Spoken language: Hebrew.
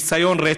כניסיון רצח.